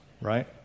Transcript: right